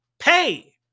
pay